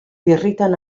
birritan